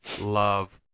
love